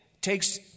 takes